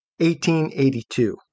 1882